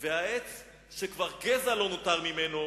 והעץ" שכבר אפילו גזע לא נותר ממנו,